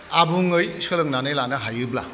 आबुङै सोलोंनानै लानो हायोब्ला